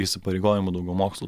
įsipareigojimų daugiau mokslų